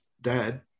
Dad